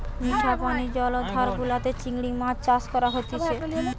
মিঠা পানি জলাধার গুলাতে চিংড়ি মাছ চাষ করা হতিছে